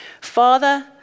Father